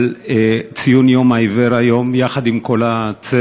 על ציון יום העיוור היום, יחד עם כל הצוות.